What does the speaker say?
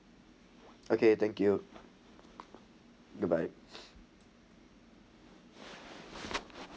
okay thank you goodbye